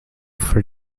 for